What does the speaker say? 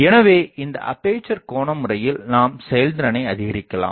எனவே இந்த அப்பேசர் கோன முறையில் நாம் செயல்திறனை அதிகரிக்கலாம்